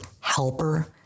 helper